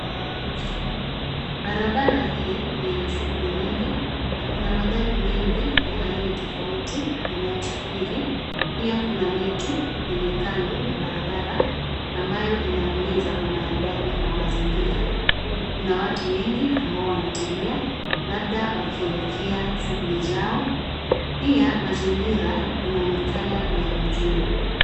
Barabara hii ni yenye shuguli nyingi na kuna magari mengi ya aina tofauti yanayosafiri. Pia kuna miti kwenye kando ya barabara ambayo inaongeza umaridadi wa mazingira. Kuna watu wengi ambao wanatembea labda wakielekea shuguli zao. Pia, mazingira inaonekana ni ya mjini.